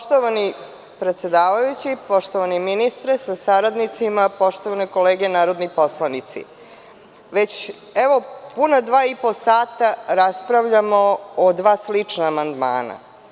Poštovani predsedavajući, poštovani ministre sa saradnicima, poštovane kolege narodni poslanici, već evo puna dva i po sata raspravljamo o dva slična amandmana.